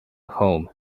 home